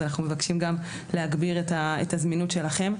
אז אנחנו מבקשים להגביר את הזמינות שלכם.